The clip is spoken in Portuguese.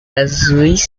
azuis